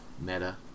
meta